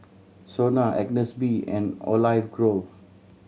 SONA Agnes B and Olive Grove